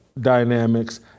dynamics